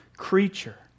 creature